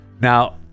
now